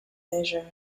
measure